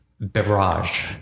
Beverage